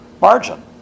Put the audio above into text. margin